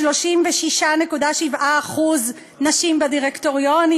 36.7% נשים בדירקטוריונים,